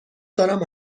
دارم